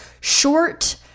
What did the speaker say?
short